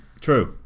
True